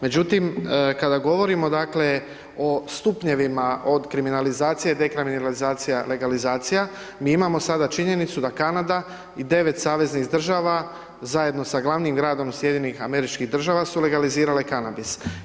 Međutim, kada govorimo dakle o stupnjevima od kriminalizacije, dekriminalizacije, legalizacija mi imamo sada činjenicu da Kanada i 9 saveznih država zajedno sa glavnim gradom SAD-a su legalizirale kanabis.